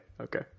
okay